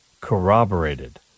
corroborated